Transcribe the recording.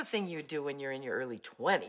the thing you do when you're in your early twe